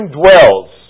dwells